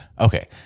Okay